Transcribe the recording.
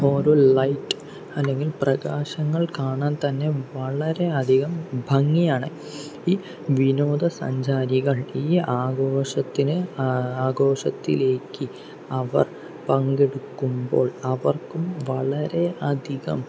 ഓരോ ലൈറ്റ് അല്ലെങ്കിൽ പ്രകാശങ്ങൾ കാണാൻ തന്നെ വളരെയധികം ഭംഗിയാണ് ഈ വിനോദ സഞ്ചാരികൾ ഈ ആഘോഷത്തിന് ആഘോഷത്തിലേയ്ക്ക് അവർ പങ്കെടുക്കുമ്പോൾ അവർക്കും വളരെ അധികം